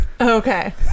Okay